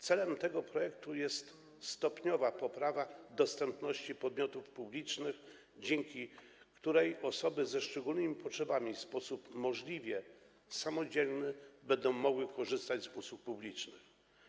Celem tego projektu jest stopniowa poprawa dostępności podmiotów publicznych, dzięki której osoby ze szczególnymi potrzebami w sposób możliwie samodzielny będą mogły korzystać z usług publicznych.